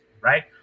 right